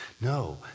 No